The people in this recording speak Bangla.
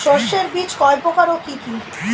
শস্যের বীজ কয় প্রকার ও কি কি?